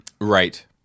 Right